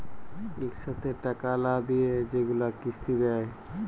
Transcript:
ইকসাথে টাকা লা দিঁয়ে যেগুলা কিস্তি দেয়